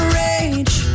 rage